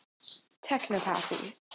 technopathy